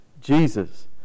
Jesus